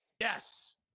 yes